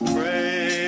Pray